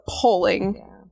pulling